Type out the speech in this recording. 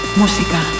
música